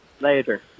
Later